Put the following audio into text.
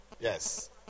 Yes